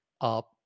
up